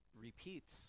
repeats